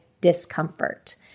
discomfort